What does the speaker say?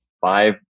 five